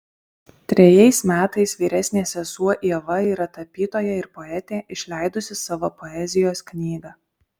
trejais metais vyresnė sesuo ieva yra tapytoja ir poetė išleidusi savo poezijos knygą